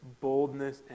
boldness